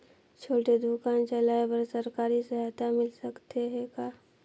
छोटे दुकान चलाय बर सरकारी सहायता मिल सकत हे का?